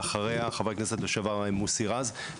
ולאחריה חבר הכנסת לשעבר מוסי רז.